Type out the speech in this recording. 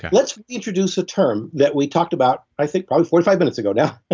but let's introduce a term that we talked about i think probably forty five minutes ago now,